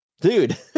Dude